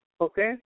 Okay